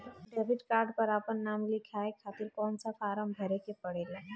Debit card पर आपन नाम लिखाये खातिर कौन सा फारम भरे के पड़ेला?